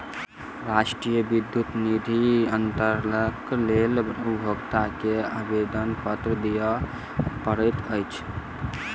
राष्ट्रीय विद्युत निधि अन्तरणक लेल उपभोगता के आवेदनपत्र दिअ पड़ैत अछि